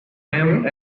him